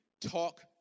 talk